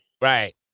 right